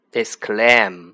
exclaim